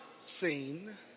seen